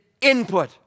input